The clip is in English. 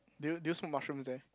do you do you smoke mushrooms there